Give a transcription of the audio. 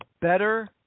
better